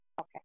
Okay